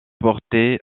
porté